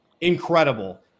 Incredible